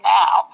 now